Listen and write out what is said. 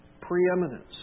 preeminence